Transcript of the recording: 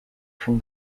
from